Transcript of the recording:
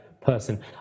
Person